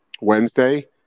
Wednesday